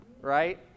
right